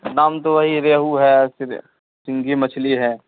دام تو وہی ریہو ہے سنگھی مچھلی ہے